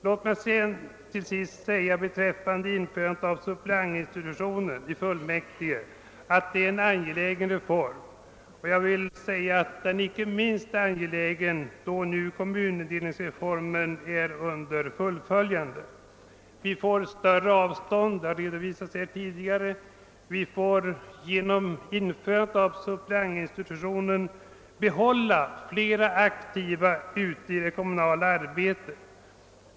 Låt mig till sist säga beträffande införandet av suppleantinstitutionen i fullmäktige att det är en angelägen reform, detta inte minst nu när kommunindelningsreformen är under genomförande. Vi får större avstånd såsom tidigare redovisats. Genom införandet av suppleantinstitutionen behålles flera aktiva ute i det kommunala arbetet.